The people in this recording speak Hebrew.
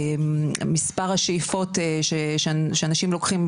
מספר השאיפות שאנשים לוקחים,